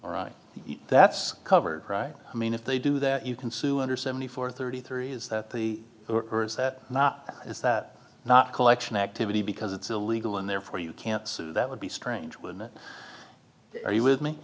that's covered right i mean if they do that you can sue under seventy four thirty three is that the workers that is that not collection activity because it's illegal and therefore you can't sue that would be strange when are you with me